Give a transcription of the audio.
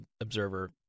observer